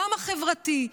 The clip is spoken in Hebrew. גם החברתי,